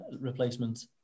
replacement